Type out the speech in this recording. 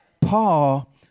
Paul